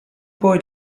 poi